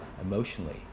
emotionally